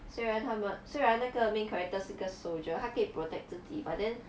虽然他们虽然那个 main character 是一个 soldier 他可以 protect 自己 but then